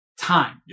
time